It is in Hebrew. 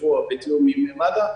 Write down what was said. השבוע בתיאום עם מד"א,